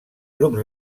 grups